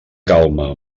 calma